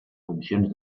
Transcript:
funcions